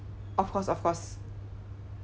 of course of course